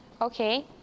okay